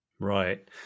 right